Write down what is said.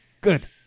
good